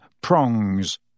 Prongs